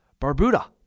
Barbuda